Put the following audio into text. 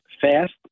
fast